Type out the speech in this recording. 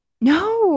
No